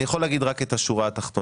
אני יכול להגיד רק את השורה התחתונה.